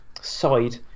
side